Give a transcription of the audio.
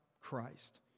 Christ